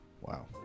Wow